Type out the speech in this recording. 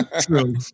True